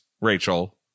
rachel